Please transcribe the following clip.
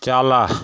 ᱪᱟᱞᱟ